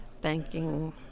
banking